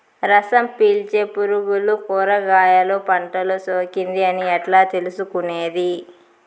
రసం పీల్చే పులుగులు కూరగాయలు పంటలో సోకింది అని ఎట్లా తెలుసుకునేది?